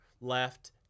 left